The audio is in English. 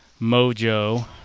Mojo